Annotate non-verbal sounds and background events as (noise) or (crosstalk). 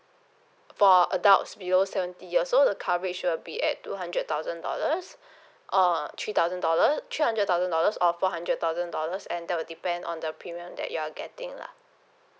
for adults below seventy years old the coverage will be at two hundred thousand dollars (breath) uh three thousand dollar three hundred thousand dollars or four hundred thousand dollars and that would depend on the premium that you are getting lah